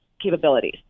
capabilities